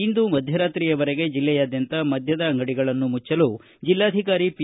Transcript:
ಇಂದು ಮಧ್ಯರಾತ್ರಿಯವರೆಗೆ ಜಿಲ್ಲೆಯಾದ್ಯಂತ ಮದ್ಯದ ಅಂಗಡಿಗಳನ್ನು ಮುಚ್ವಲು ಜಿಲ್ಲಾಧಿಕಾರಿ ಪಿ